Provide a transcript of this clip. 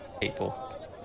People